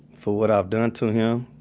for what i've done to him.